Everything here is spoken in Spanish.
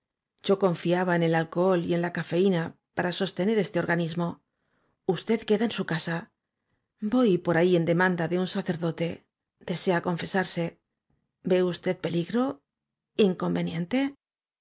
yo confiaba en el alcohol y en la cafeína para sostener este organismo usted queda en su casa voy por ahí en demanda de un sacerdote d e sea confesarse ve usted peligro